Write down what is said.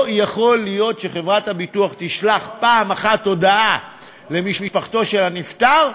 לא יכול להיות שחברת הביטוח תשלח פעם אחת הודעה למשפחתו של הנפטר,